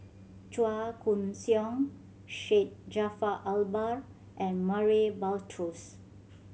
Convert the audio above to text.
Chua Koon Siong Syed Jaafar Albar and Murray Buttrose